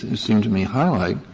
and seem to me highlight